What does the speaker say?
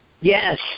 Yes